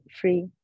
free